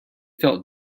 felt